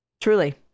Truly